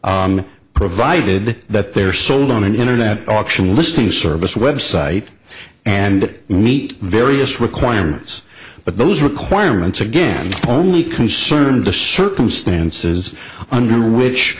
value provided that they are sold on an internet auction listing service website and meet various requirements but those requirements again only concerned the circumstances under which